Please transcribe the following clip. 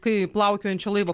kai plaukiojančio laivo